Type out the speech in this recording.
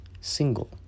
single